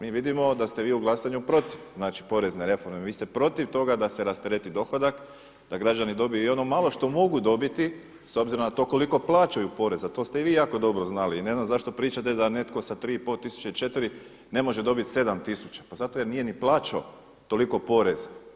Mi vidimo da ste vi u glasanju protiv porezne reforme, vi ste protiv toga da se rastereti dohodak da građani dobiju i ono malo što mogu dobiti s obzirom na to koliko plaćaju poreza, a to ste vi jako dobro znali i ne znam zašto pričate da netko sa 3,5 tisuće 4, ne može dobiti 7 tisuća, pa zato jer nije ni plaćao toliko poreza.